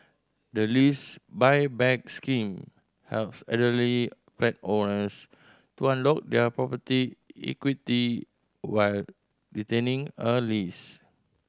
the Lease Buyback Scheme helps elderly flat owners to unlock their property equity while retaining a lease